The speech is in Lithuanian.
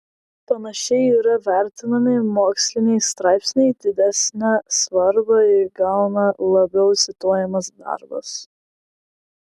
panašiai yra vertinami moksliniai straipsniai didesnę svarbą įgauna labiau cituojamas darbas